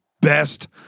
best